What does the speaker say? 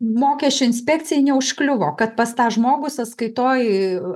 mokesčių inspekcijai neužkliuvo kad pas tą žmogų sąskaitoj